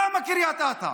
למה קריית אתא?